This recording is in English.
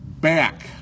back